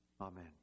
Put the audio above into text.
Amen